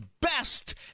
best